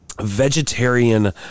vegetarian